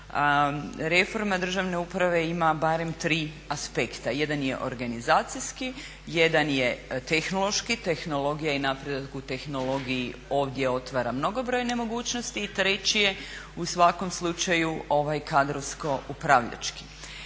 Reforma državne uprave ima barem 3 aspekta, jedan je organizacijski, jedan je tehnološki, tehnologija i napredak u tehnologiji ovdje otvara mnogobrojne mogućnosti i treći je u svakom slučaju ovaj kadrovsko upravljački.